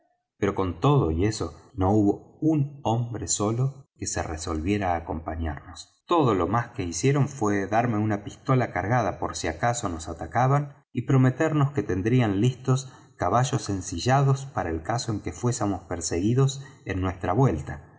pero con todo y eso no hubo un hombre solo que se resolviera á acompañarnos todo lo más que hicieron fué darme una pistola cargada por si acaso nos atacaban y prometernos que tendrían listos caballos ensillados para el caso de que fuésemos perseguidos en nuestra vuelta